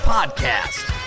Podcast